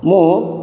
ମୁଁ